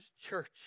church